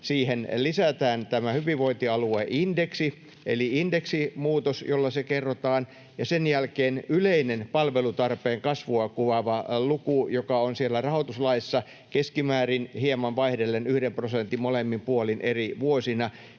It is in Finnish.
siihen lisätään hyvinvointialueiden indeksi eli indeksimuutos, jolla se kerrotaan, ja sen jälkeen yleinen palvelutarpeen kasvua kuvaava luku, joka on siellä rahoituslaissa keskimäärin hieman vaihdellen yhden prosentin molemmin puolin eri vuosina.